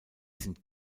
sind